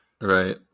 right